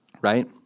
right